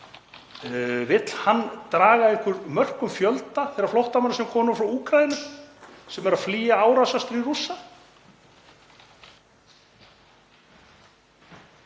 Vill hann draga einhver mörk um fjölda þeirra flóttamanna sem koma frá Úkraínu og eru að flýja árásarstríð Rússa?